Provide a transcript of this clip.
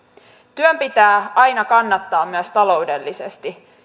työn pitää aina kannattaa myös taloudellisesti